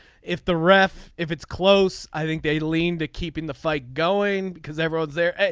if the ref if it's close i think they lean to keeping the fight going because they're out there.